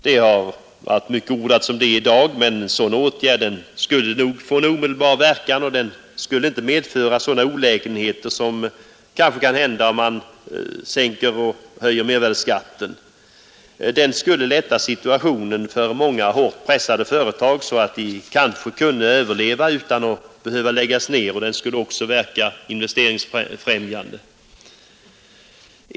Därom har ordats mycket i dag, men en sådan åtgärd skulle nog få en omedelbar verkan, och den skulle inte medföra sådana olägenheter som kanske skulle följa om man sänker och sedan höjer mervärdeskatten. Den skulle lätta situationen för många hårt pressade företag så att de kanske kunde överleva utan att behöva läggas ned, och den skulle också verka investeringsfrämjande.